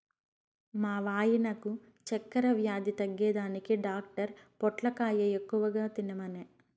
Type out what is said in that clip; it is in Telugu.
మా వాయినకు చక్కెర వ్యాధి తగ్గేదానికి డాక్టర్ పొట్లకాయ ఎక్కువ తినమనె